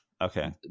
okay